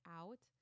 out